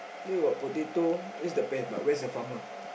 there were potato that's the pears but where's the farmer